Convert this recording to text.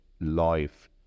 life